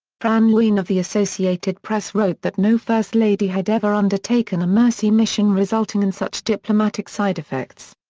fran lewine of the associated press wrote that no first lady had ever undertaken a mercy mission resulting in such diplomatic side effects.